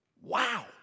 wow